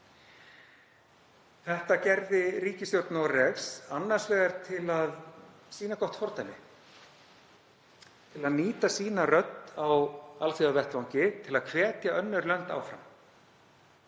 Þetta gerði ríkisstjórn Noregs annars vegar til að sýna gott fordæmi, til að nýta sína rödd á alþjóðavettvangi og til að hvetja önnur lönd áfram,